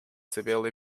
severely